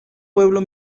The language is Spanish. pueblo